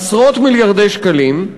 עשרות מיליארדי שקלים.